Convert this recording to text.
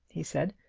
he said,